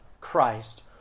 Christ